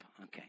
Okay